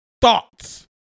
thoughts